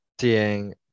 seeing